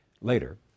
Later